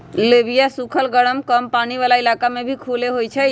लोबिया सुखल गरम कम पानी वाला इलाका में भी खुबे होई छई